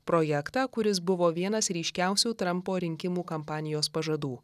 projektą kuris buvo vienas ryškiausių trampo rinkimų kampanijos pažadų